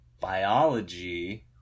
Biology